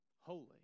holy